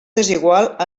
desigual